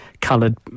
coloured